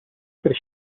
per